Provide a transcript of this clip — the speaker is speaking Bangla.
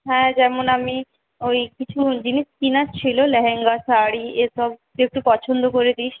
হ্যাঁ যেমন আমি ওই কিছু জিনিস কেনার ছিল ল্যহেঙ্গা শাড়ি এসব তুই একটু পছন্দ করে দিস